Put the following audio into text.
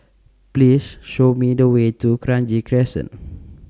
Please Show Me The Way to Kranji Crescent